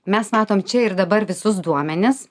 mes matom čia ir dabar visus duomenis